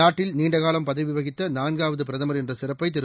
நாட்டில் நீண்டகாலம் பதவிவகித்த நான்காவது பிரதமர் என்ற சிறப்பை திரு